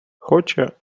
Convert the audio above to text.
хоче